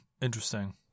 interesting